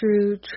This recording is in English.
True